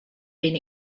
been